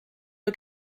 nhw